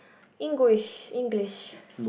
English English